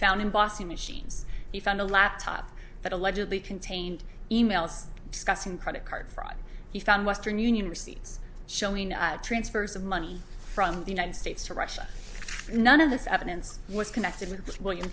found in boston machines he found a laptop that allegedly contained e mails discussing credit card fraud he found western union receipts showing transfers of money from the united states to russia none of this evidence was connected with william